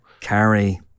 Carry